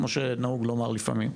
כמו שנהוג לומר לפעמים,